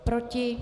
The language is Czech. Proti?